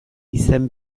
izan